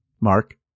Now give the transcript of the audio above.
Mark